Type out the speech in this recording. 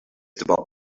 about